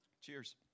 Cheers